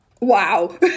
Wow